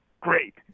great